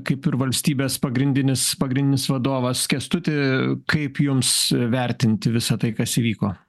kaip ir valstybės pagrindinis pagrindinis vadovas kęstuti kaip jums vertinti visa tai kas įvyko